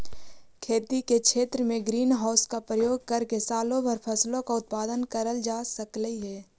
खेती के क्षेत्र में ग्रीन हाउस का प्रयोग करके सालों भर फसलों का उत्पादन करल जा सकलई हे